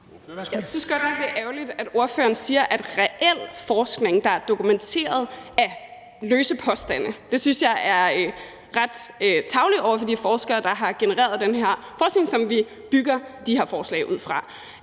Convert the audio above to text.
Jeg synes godt nok, det er ærgerligt, at ordføreren siger, at reel forskning, der er dokumenteret, er løse påstande. Det synes jeg er ret tarveligt over for de forskere, der har genereret den her forskning, som vi bygger de her forslag på.